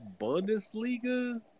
Bundesliga